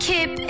Kip